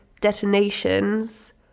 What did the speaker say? detonations